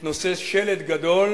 מתנוסס שלט גדול